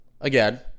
again